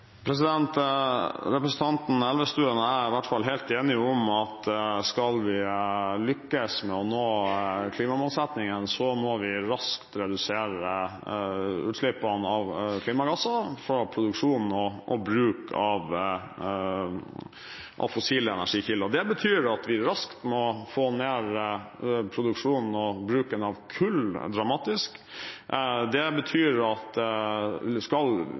Representanten Elvestuen og jeg er i hvert fall helt enige om at skal vi lykkes med å nå klimamålsettingene, må vi raskt redusere utslippene av klimagasser fra produksjon og bruk av fossile energikilder. Det betyr at vi raskt må få ned produksjonen og bruken av kull dramatisk. Det betyr at skal